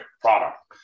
product